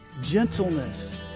gentleness